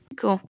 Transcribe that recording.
Cool